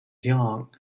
young